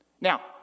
Now